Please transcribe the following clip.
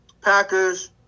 Packers